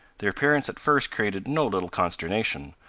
their appearance at first created no little consternation,